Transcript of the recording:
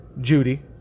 Judy